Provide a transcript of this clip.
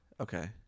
Okay